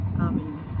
Amen